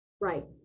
Right